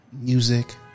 music